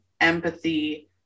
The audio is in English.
empathy